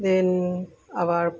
দেন আবার